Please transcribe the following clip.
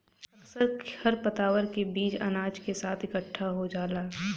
अक्सर खरपतवार के बीज अनाज के साथ इकट्ठा खो जाला